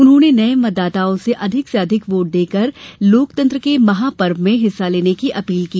उन्होंने नये मतदाताओं से अधिक से अधिक वोट देकर लोकतंत्र के महापर्व में हिस्सा लेने की अपील की